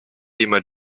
jemand